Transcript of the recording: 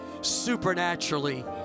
supernaturally